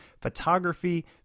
photography